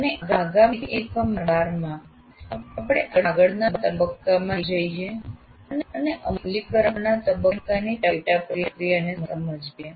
અને આગામી એકમ 12 માં આપણે આગળના તબક્કામાં જઈએ અને અમલીકરણના તબક્કાની પેટા પ્રક્રિયાને સમજીએ